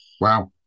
wow